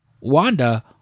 Wanda